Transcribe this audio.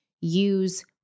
use